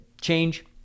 change